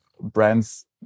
brands